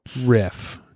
riff